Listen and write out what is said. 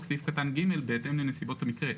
סעיף קטן (ג) בהתאם לנסיבות המקרה.